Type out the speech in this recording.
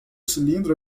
cilindro